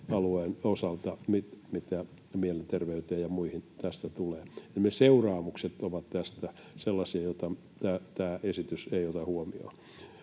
alueen osalta, mitä mielenterveyteen ja muihin tulee. Ne seuraamukset tästä ovat sellaisia, joita tämä esitys ei ota huomioon.